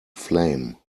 flame